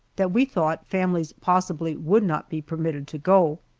that we thought families possibly would not be permitted to go.